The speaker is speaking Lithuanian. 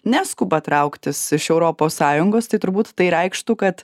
neskuba trauktis iš europos sąjungos tai turbūt tai reikštų kad